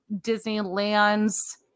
Disneyland's